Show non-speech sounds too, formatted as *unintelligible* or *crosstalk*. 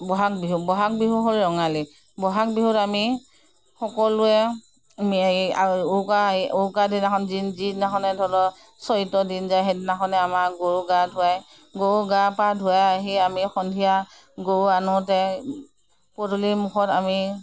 বহাগ বিহু বহাগ বিহু হ'ল ৰঙালী বহাগ বিহুত আমি সকলোৱে উৰুকাৰ দিনাখন যিদিনাখনেই ধৰি লওঁক *unintelligible* দিন যায় সেইদিনাখনেই আমাৰ গৰু গা ধুৱায় গৰু গা পা ধুৱাই আহি আমি সন্ধিয়া গৰু আনোঁতে পদূলি মূখত আমি